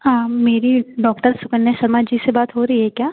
हाँ मेरी डॉक्टर सुकन्या शर्मा जी से बात हो रही है क्या